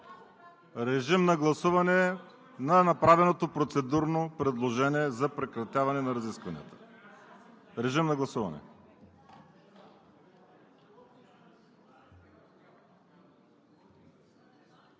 Режим на гласуване за направеното процедурно предложение за прекратяване на разискванията. Гласували